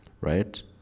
right